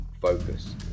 focus